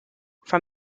from